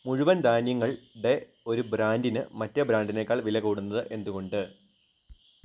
മുഴുവൻ ധാന്യങ്ങളുടെ ഒരു ബ്രാൻഡിനു മറ്റേ ബ്രാൻഡിനേക്കാൾ വിലകൂടുന്നത് എന്തുകൊണ്ട്